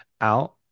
out